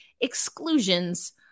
Exclusions